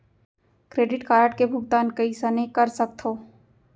Credit card के भुगतान कइसने कर सकथो?